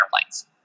airplanes